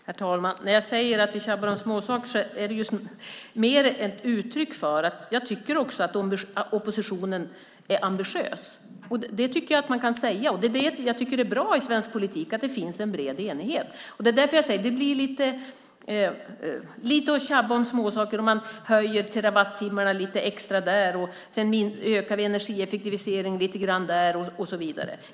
Herr talman! När jag säger att vi tjabbar om småsaker är det mer ett uttryck för att jag också tycker att oppositionen är ambitiös. Det tycker jag att man kan säga. Jag tycker att det är bra i svensk politik att det finns en bred enighet. Det är därför jag säger att det blir lite att tjabba om småsaker när man höjer terawattimmarna lite extra där och ökar energieffektiviseringen lite grann där och så vidare.